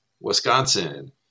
Wisconsin